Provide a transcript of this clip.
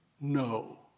No